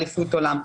אליפות עולם.